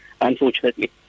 unfortunately